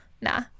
nah